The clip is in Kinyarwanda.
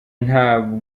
nta